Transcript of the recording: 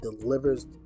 delivers